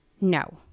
No